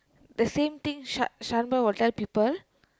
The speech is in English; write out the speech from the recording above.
the same thing sha~ shaan boy will tell people